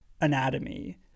anatomy